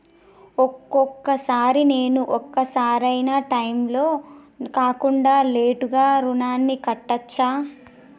ఒక్కొక సారి నేను ఒక సరైనా టైంలో కాకుండా లేటుగా రుణాన్ని కట్టచ్చా?